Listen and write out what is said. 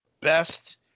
best